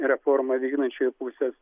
reformą vykdančiųjų pusės